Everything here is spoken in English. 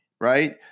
right